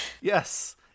Yes